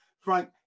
frank